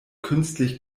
künstlich